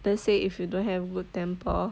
let's say if you don't have good temper